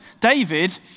David